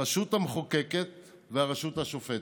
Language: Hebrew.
הרשות המחוקקת והרשות השופטת.